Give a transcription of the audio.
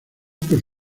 por